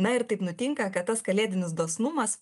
na ir taip nutinka kad tas kalėdinis dosnumas